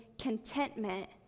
contentment